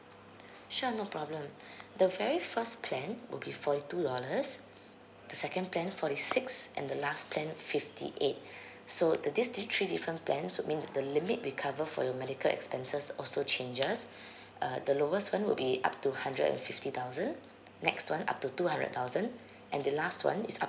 sure no problem the very first plan would be forty two dollars the second plan forty six and the last plan fifty eight so the this th~ three different plans would mean the limit we cover for your medical expenses also changes uh the lowest one will be up to hundred and fifty thousand next one up to two hundred thousand and the last one is up